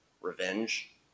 revenge